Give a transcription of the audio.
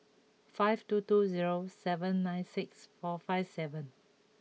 five two two zero seven nine six four five seven